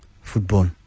football